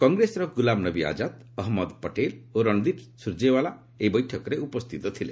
କଂଗ୍ରେସର ଗୁଲାମନବୀ ଆଜାଦ ଅହମ୍ମଦ ପଟେଲ ଓ ରଣଦୀପ ସୁରଜେୱାଲା ଏହି ବୈଠକରେ ଉପସ୍ଥିତ ଥିଲେ